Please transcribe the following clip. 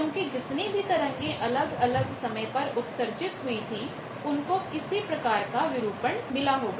क्योंकि जितनी भी तरंगेअलग अलग समय पर उत्सर्जित हुई थी उनको किसी प्रकार का विरूपण मिला होगा